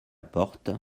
porte